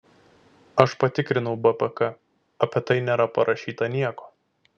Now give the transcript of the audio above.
aš patikrinau bpk apie tai nėra parašyta nieko